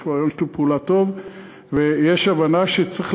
יש כבר היום שיתוף פעולה טוב ויש הבנה שצריך